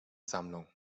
sammlung